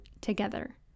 together